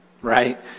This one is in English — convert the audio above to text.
right